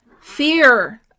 fear